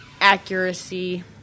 accuracy